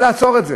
לעצור את זה.